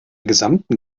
gesamten